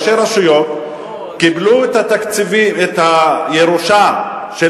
ראשי הרשויות קיבלו את הירושה של